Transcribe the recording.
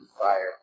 fire